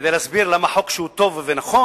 כדי להסביר למה חוק שהוא טוב ונכון,